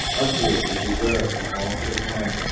utterly to desert, the haunts of men,